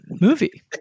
movie